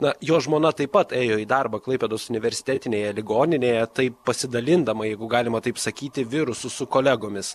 na jo žmona taip pat ėjo į darbą klaipėdos universitetinėje ligoninėje taip pasidalindama jeigu galima taip sakyti virusu su kolegomis